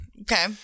Okay